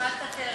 15 לא התקבלה.